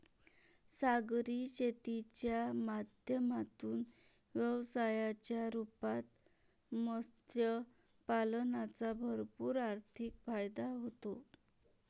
सागरी शेतीच्या माध्यमातून व्यवसायाच्या रूपात मत्स्य पालनाचा भरपूर आर्थिक फायदा होतो